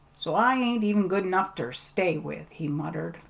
so i ain't even good enough ter stay with! he muttered.